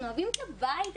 אנחנו אוהבים את הבית הזה.